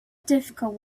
difficult